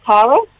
Tara